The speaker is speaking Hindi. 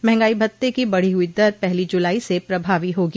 मंहगाई भत्ते की बढ़ी हुई दर पहली जुलाई से प्रभावी होगी